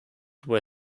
were